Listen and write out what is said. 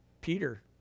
Peter